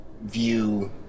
view